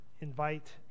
invite